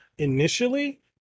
Initially